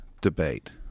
debate